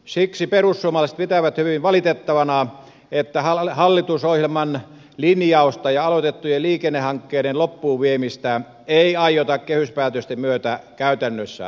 siksi perussuomalaiset pitävät hyvin valitettavana että hallitusohjelman linjausta jo aloitettujen liikennehankkeiden loppuun viemisestä ei aiota kehyspäätösten myötä käytännössä toteuttaa